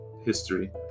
history